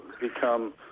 become